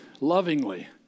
lovingly